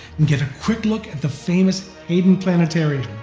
and get a quick look at the famous hayden planetarium.